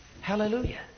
Hallelujah